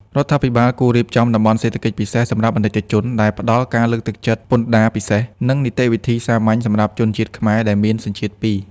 រដ្ឋាភិបាលគួររៀបចំ "តំបន់សេដ្ឋកិច្ចពិសេសសម្រាប់អាណិកជន" ដែលផ្ដល់ការលើកទឹកចិត្តពន្ធដារពិសេស និងនីតិវិធីសាមញ្ញសម្រាប់ជនជាតិខ្មែរដែលមានសញ្ជាតិពីរ។